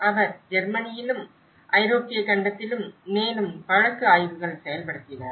அவர் ஜெர்மனியிலும் ஐரோப்பிய கண்டத்திலும் மேலும் வழக்கு ஆய்வுகள் செயல்படுத்தினார்